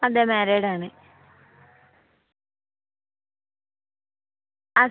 അതെ മാരീഡ് ആണ് ആ